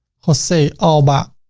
jose alba.